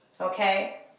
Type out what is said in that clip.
okay